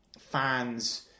fans